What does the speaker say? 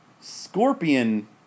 Scorpion